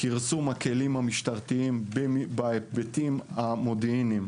כרסום הכלים המשטרתיים בהיבטים המודיעיניים,